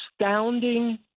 astounding